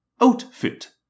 outfit